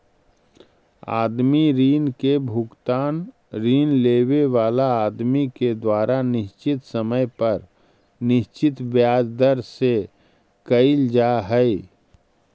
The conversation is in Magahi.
आदमी ऋण के भुगतान ऋण लेवे वाला आदमी के द्वारा निश्चित समय पर निश्चित ब्याज दर से कईल जा हई